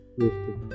wasted